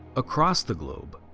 across the globe,